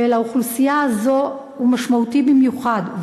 ולאוכלוסייה הזו הוא משמעותי במיוחד.